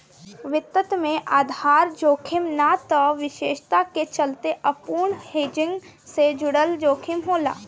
वित्त में आधार जोखिम ना त विशेषता के चलते अपूर्ण हेजिंग से जुड़ल जोखिम होला